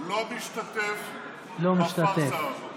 לא משתתף בפרסה הזאת.